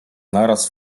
naraz